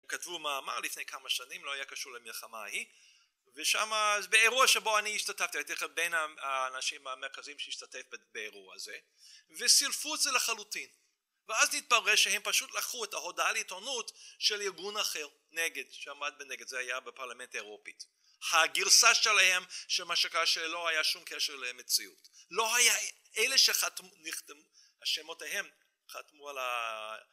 כתבו מאמר לפני כמה שנים לא היה קשור למלחמה ההיא, ושם אז באירוע שבו אני השתתפתי הייתי בין האנשים המרכזיים שהשתתף באירוע הזה, וסילפו את זה לחלוטין. ואז נתברר שהם פשוט לקחו את ההודעה לעיתונות של ארגון אחר, נגד, שעמד מנגד, זה היה בפרלמנט האירופי. הגרסה שלהם של מה שקרה שלא היה שום קשר למציאות. לא היה, אלה שנחתמו שמותהם חתמו על